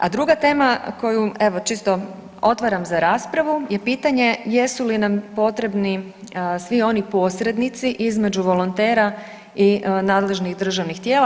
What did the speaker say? A druga tema koju evo čisto otvaram za raspravu je pitanje jesu li nam potrebni svi oni posrednici između volontera i nadležnih državnih tijela.